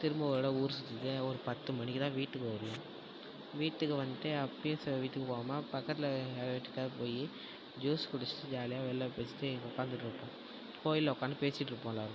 திரும்ப ஒரு தடவை ஊர் சுற்றிட்டு ஒரு பத்து மணிக்கு தான் வீட்டுக்கு வருவோம் வீட்டுக்கு வந்துட்டு அப்பையும் ச வீட்டுக்கு போவாமல் பக்கத்தில் யார் வீட்டுக்காது போய் ஜூஸ் குடிச்சிட்டு ஜாலியாக வெளில பேசிவிட்டு உட்காந்துட்ருப்போம் கோயிலில் உட்காந்து பேசிட்டுருப்போம் எல்லாரும்